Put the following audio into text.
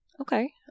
Okay